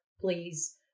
please